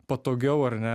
patogiau ar ne